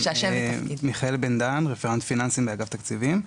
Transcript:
אני מיכאל בן דהן, רפרנט פיננסים באגף תקציבים.